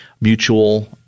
mutual